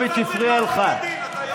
תודה רבה.